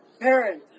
parent